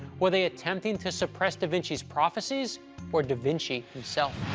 were they attempting to suppress da vinci's prophecies or da vinci himself?